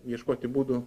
ieškoti būdų